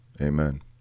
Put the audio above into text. Amen